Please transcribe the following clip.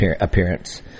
appearance